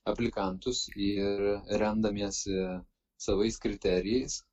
aplikantus ir remdamiesi savais kriterijais